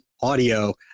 audio